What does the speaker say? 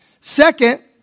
Second